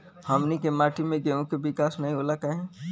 हमनी के मिट्टी में गेहूँ के विकास नहीं होला काहे?